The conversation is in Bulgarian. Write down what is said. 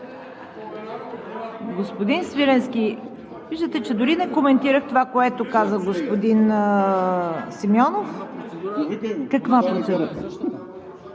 Господин Свиленски, виждате, че дори не коментирах това, което каза господин Симеонов. Заповядайте.